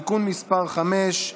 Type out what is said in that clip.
(תיקון מס' 5),